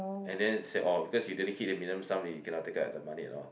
and then they say orh because you didn't hit the minimum sum you cannot take out the money at all